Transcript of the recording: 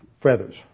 feathers